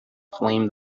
flame